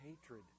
hatred